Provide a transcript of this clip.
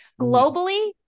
Globally